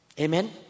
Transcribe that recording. Amen